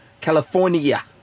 california